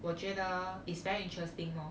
我觉得 is very interesting 咯